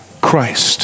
Christ